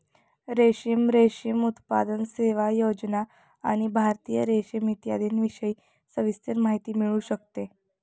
रेशीम, रेशीम उत्पादन, सेवा, योजना आणि भारतीय रेशीम इत्यादींविषयी सविस्तर माहिती मिळू शकते